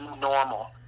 normal